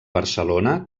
barcelona